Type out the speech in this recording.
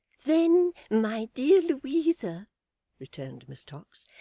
then my dear louisa returned miss tox,